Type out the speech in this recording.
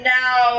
now